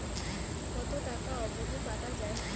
কতো টাকা অবধি পাঠা য়ায়?